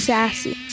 Sassy